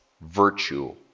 virtue